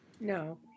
no